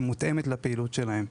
שמותאמת לפעילות שלהן.